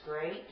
great